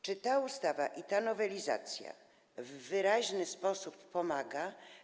Czy ta ustawa, ta nowelizacja w wyraźny sposób w tym pomaga?